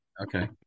Okay